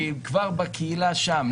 כי כבר בקהילה שם,